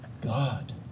God